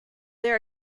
there